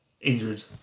injured